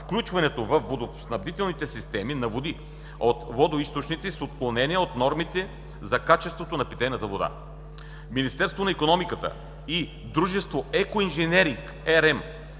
включването във водоснабдителните системи на води от водоизточници с отклонения от нормите за качество на питейната вода; – Министерството на икономиката и дружество „Екоинженеринг-РМ“